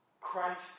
Christ